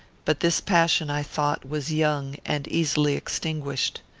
but this passion, i thought, was young, and easily extinguished.